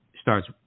starts